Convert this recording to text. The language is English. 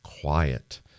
Quiet